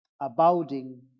abounding